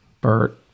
Bert